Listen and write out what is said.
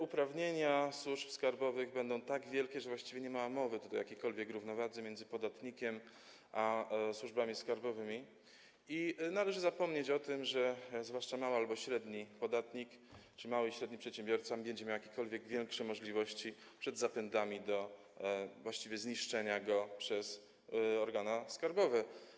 Uprawnienia służb skarbowych będą tak wielkie, że nie ma tutaj mowy o jakiejkolwiek równowadze między podatnikiem a służbami skarbowymi i należy zapomnieć o tym, że zwłaszcza mały albo średni podatnik czy mały i średni przedsiębiorca będzie miał jakiekolwiek większe możliwości wobec zapędów do właściwie zniszczenia go przez organa skarbowe.